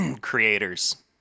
creators